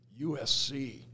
USC